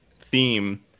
theme